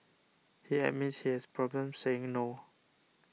he admits he has problems saying no